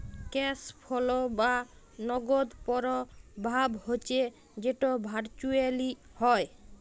cash flow বা নগদ পরবাহ হচ্যে যেট ভারচুয়েলি হ্যয়